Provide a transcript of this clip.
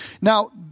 Now